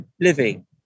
living